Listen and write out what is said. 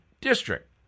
District